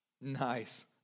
Nice